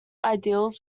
ideals